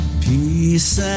peace